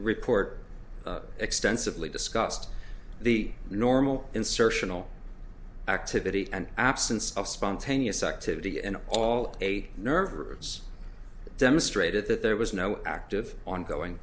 report extensively discussed the normal insertion all activity and absence of spontaneous activity and all a nervous demonstrated that there was no active ongoing